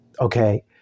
okay